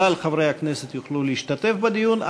כלל חברי הכנסת יוכלו להשתתף בדיון,